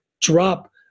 drop